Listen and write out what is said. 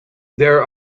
there